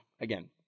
again